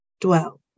dwell